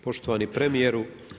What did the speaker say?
Poštovani premijeru.